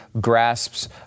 grasps